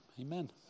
amen